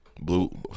Blue